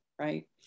Right